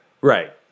Right